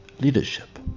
leadership